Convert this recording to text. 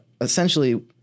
essentially